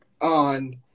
on